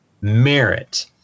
merit